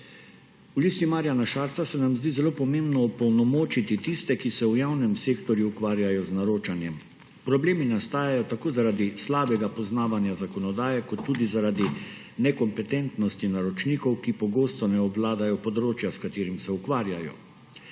V Listi Marjana Šarca se nam zdi zelo pomembno opolnomočiti tiste, ki se v javnem sektorju ukvarjajo z naročanjem. Problemi nastajajo tako zaradi slabega poznavanja zakonodaje kot tudi zaradi nekompetentnosti naročnikov, ki pogosto ne obvladajo področja, s katerim se ukvarjajo.